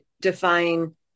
define